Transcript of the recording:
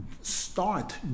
start